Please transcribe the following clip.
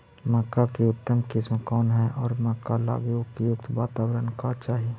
मक्का की उतम किस्म कौन है और मक्का लागि उपयुक्त बाताबरण का चाही?